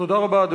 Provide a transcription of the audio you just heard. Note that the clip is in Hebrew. תודה רבה.